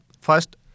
First